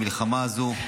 המלחמה הזו,